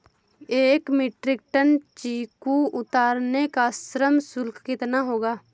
एक metric ton चीकू उतारने का श्रम शुल्क कितना होगा?